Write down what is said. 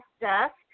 desk